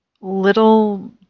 little